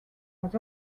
was